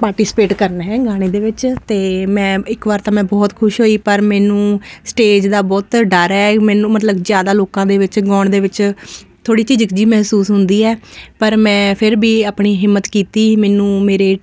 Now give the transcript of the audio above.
participate ਕਰਨਾ ਹੈ ਗਾਣੇ ਦੇ ਵਿੱਚ ਤੇ ਮੈਂ ਇੱਕ ਵਾਰ ਤਾਂ ਮੈਂ ਬਹੁਤ ਖੁਸ਼ ਹੋਈ ਪਰ ਮੈਨੂੰ ਸਟੇਜ ਦਾ ਬਹੁਤ ਡਰ ਐ ਮੈਨੂੰ ਮਤਲਬ ਜਿਆਦਾ ਲੋਕਾਂ ਦੇ ਵਿੱਚ ਗਾਉਣ ਦੇ ਵਿੱਚ ਥੋੜੀ ਝੀਜਕ ਜਿਹੀ ਮਹਿਸੂਸ ਹੁੰਦੀ ਐ ਪਰ ਮੈਂ ਫਿਰ ਵੀ ਆਪਣੀ ਹਿੰਮਤ ਕੀਤੀ ਮੈਨੂੰ ਮੇਰੇ